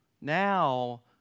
Now